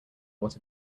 what